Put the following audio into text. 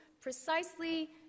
precisely